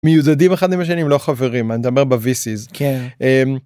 מיודדים אחד עם השני, הם לא חברים. אני מדבר ב-VC's